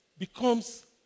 becomes